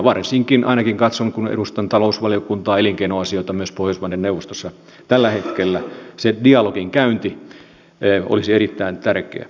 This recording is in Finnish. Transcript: varsinkin ainakin katson kun edustan talousvaliokuntaa elinkeinoasioita myös pohjoismaiden neuvostossa tällä hetkellä se dialogin käynti olisi erittäin tärkeää